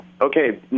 okay